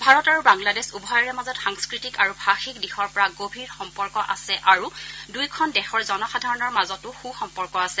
ভাৰত আৰু বাংলাদেশ উভয়ৰে মাজত সাংস্কৃতিক আৰু ভাষিক দিশৰ পৰা গভীৰ সম্পৰ্ক আছে আৰু দুয়োখন দেশৰ জনসাধাৰণৰ মাজতো সু সম্পৰ্ক আছে